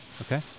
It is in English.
Okay